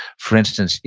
for instance,